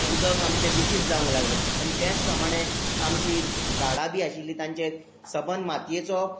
उदक आमचें दुशित जांवक लागलें आनी तेच प्रमाणे आमची झाडां बी आशिल्लीं तांचे संबद मातयेचो